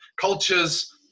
cultures